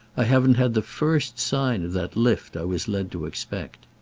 i haven't had the first sign of that lift i was led to expect.